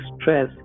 Stress